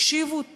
תקשיבו טוב: